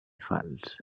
falç